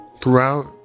throughout